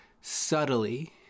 subtly